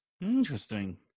Interesting